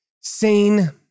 sane